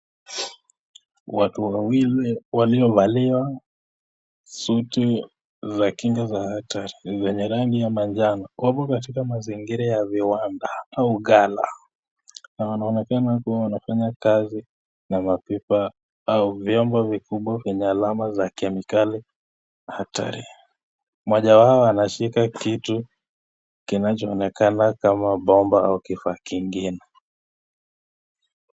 Watu wawili waliovalia suti za kinga za hatari zenye rangi ya manjano wamo katika mazingira ya viwanda au ghala na wanaonekana kuwa wanafanya kazi na mavifaa au vyombo vikubwa vyenye alama za kemikali hatari. Mmoja wao anashika kitu kinachoonekana kama bomba au kifaa kingine.